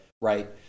right